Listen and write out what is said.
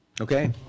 Okay